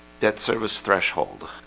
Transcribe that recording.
debt service threshold.